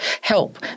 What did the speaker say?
help